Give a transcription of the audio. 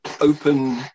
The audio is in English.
open